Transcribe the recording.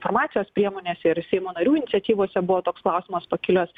farmacijos priemonėse ir seimo narių iniciatyvose buvo toks klausimas pakilęs